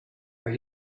are